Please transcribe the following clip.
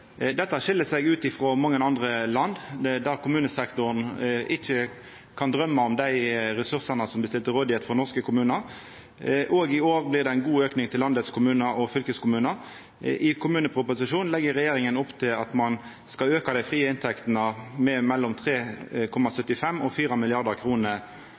Dette skil seg ut frå mange andre land, der kommunesektoren ikkje kan drøyma om dei ressursane som blir stilte til rådigheit for norske kommunar. Òg i år blir det ein god auke til landets kommunar og fylkeskommunar. I kommuneproposisjonen legg regjeringa opp til at ein skal auka dei frie inntektene med mellom